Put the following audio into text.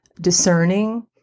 discerning